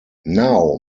now